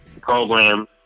program